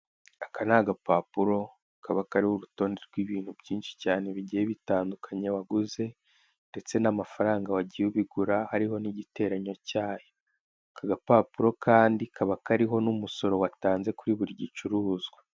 Aka ni agapapuro kaba kariho urutonde rw'ibintu byinshi cyane bigiye bitandukanye waguze, ndetse n'amafaranga wagiye ubigura, hariho n'igiteranyo cyayo, aka gapapuro kandi haba hariho n'umusoro watanze kuri buri gicuruzwa.